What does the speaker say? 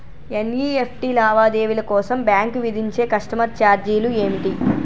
NEFT లావాదేవీల కోసం bank విధించే కస్టమర్ ఛార్జీలు ఏమిటి?